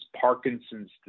Parkinson's